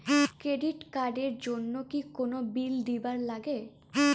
Credit card এর জন্যে কি কোনো বিল দিবার লাগে?